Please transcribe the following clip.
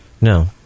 No